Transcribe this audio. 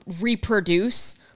reproduce